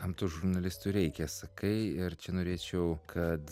kam tų žurnalistų reikia sakai ir čia norėčiau kad